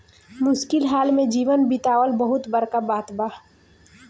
मुश्किल हाल में जीवन बीतावल बहुत बड़का बात बा